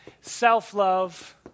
self-love